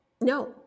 no